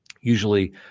Usually